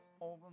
over